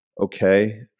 Okay